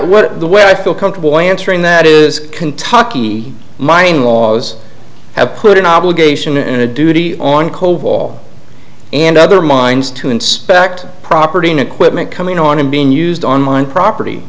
what the way i feel comfortable answering that is kentucky my in laws have put an obligation in a duty on cobol and other mines to inspect property and equipment coming on and being used on mine property